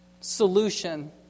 solution